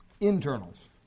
internals